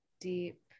deep